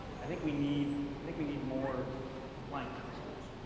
i think we need, i think we need more flying toasters.